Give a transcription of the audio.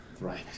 Right